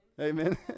Amen